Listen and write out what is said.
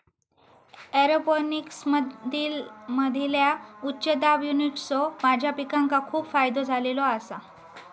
एरोपोनिक्समधील्या उच्च दाब युनिट्सचो माझ्या पिकांका खूप फायदो झालेलो आसा